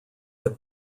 have